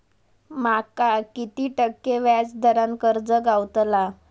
माका किती टक्के व्याज दरान कर्ज गावतला?